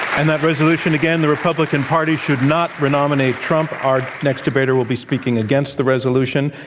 and that resolution again, the republican party should not re-nominate trump. our next debater will be speaking against the resolution.